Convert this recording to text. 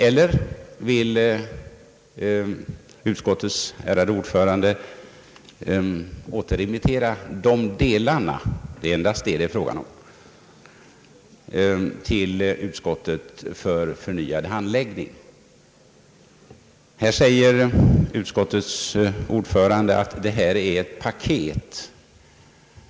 Eller vill utskottets ärade ordförande återremittera de delarna — det är endast dem det gäller — till utskottet för förnyad handläggning? Utskottets ordförande säger här att detta är ett paket.